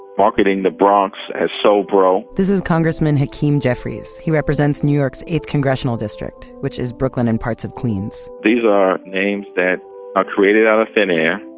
marketing bronx as sobro this is congressman hakeem jeffries. he represents new york's eighth congressional district which is brooklyn and parts of queens these are names that are created out of thin air.